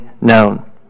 known